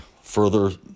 further